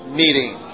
meeting